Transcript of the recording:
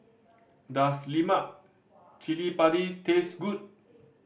does lemak cili padi taste good